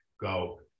go